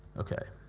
okay.